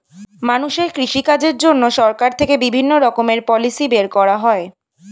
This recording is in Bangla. মানুষের কৃষি কাজের জন্য সরকার থেকে বিভিন্ন রকমের পলিসি বের করা হয়